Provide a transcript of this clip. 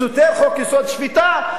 סותר את חוק-יסוד: השפיטה,